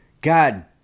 God